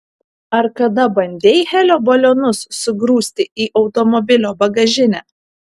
ar kada bandei helio balionus sugrūsti į automobilio bagažinę